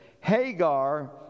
Hagar